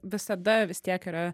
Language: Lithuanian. visada vis tiek yra